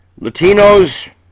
Latinos